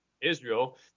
Israel